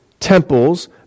temples